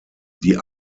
die